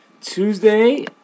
Tuesday